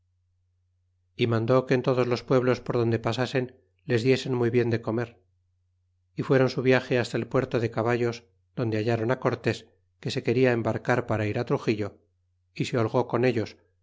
y mandó que en todos los pueblos por donde pasasen les diesen muy bien de comer y fuéron su viage hasta el puerto de caballos donde halláron á cortés que se quería embarcar para ir á truxillo y se holgó con ellos